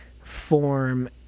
form